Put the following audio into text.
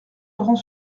laurent